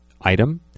item